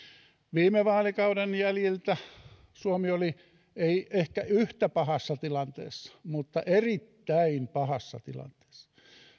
viime vaalikauden jäljiltä suomi oli ei ehkä yhtä pahassa tilanteessa mutta erittäin pahassa tilanteessa